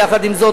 יחד עם זאת,